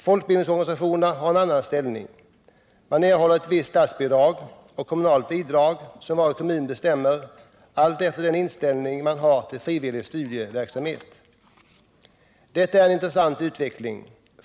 Folkbildningsorganisationerna har en annan ställning — man erhåller ett visst statsbidrag och kommunalt bidrag som varje kommun bestämmer, allt efter den inställning man har till frivillig studieverksamhet. Detta är en intressant utveckling.